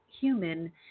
human